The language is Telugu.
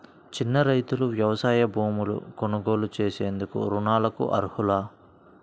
చిన్న రైతులు వ్యవసాయ భూములు కొనుగోలు చేసేందుకు రుణాలకు అర్హులా?